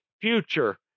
future